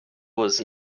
was